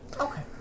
Okay